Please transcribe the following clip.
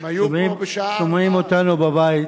הם היו פה בשעה 16:00. ששומעים אותנו בבית.